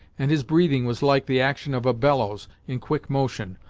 and his breathing was like the action of a bellows, in quick motion.